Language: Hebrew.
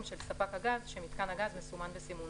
של ספק הגז שמיתקן הגז מסומן בסימונו.